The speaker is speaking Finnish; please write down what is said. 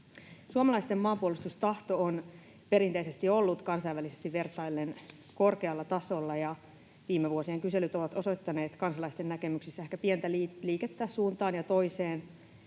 Suomalaisten maanpuolustustahto on perinteisesti ollut kansainvälisesti vertaillen korkealla tasolla, ja viime vuosien kyselyt ovat osoittaneet kansalaisten näkemyksissä ehkä pientä liikettä suuntaan ja toiseen.